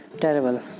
Terrible